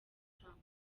n’abantu